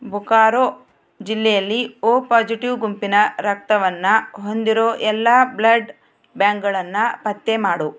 ಬುಕಾರೋ ಜಿಲ್ಲೆಯಲ್ಲಿ O positive ಗುಂಪಿನ ರಕ್ತವನ್ನು ಹೊಂದಿರೋ ಎಲ್ಲ ಬ್ಲಡ್ ಬ್ಯಾಂಕ್ಗಳನ್ನು ಪತ್ತೆ ಮಾಡು